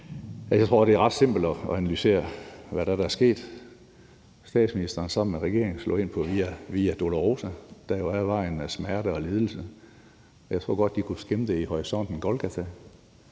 – at det er ret simpelt at analysere, hvad det er, der er sket. Statsministeren er sammen med regeringen slået ind på Via Dolorosa, der jo er vejen af smerte og lidelse. Jeg tror godt de i horisonten kunne skimte Golgata